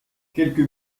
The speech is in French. quelques